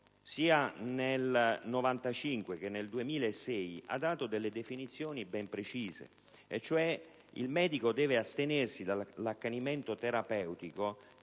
sia nel 1995 che nel 2006, hadato una definizione ben precisa, prevedendo che il medico debba astenersi dall'accanimento terapeutico,